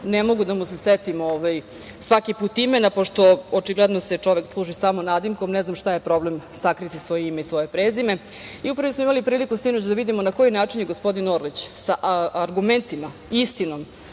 ne mogu da mu se setim svaki put imena pošto očigledno se čovek služi samo nadimkom, ne znam šta je problem sakriti svoje ime i svoje prezime. Upravo smo imali priliku sinoć da vidimo na koji način je gospodin Orlić sa argumentima, istinom,